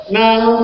Now